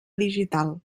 digital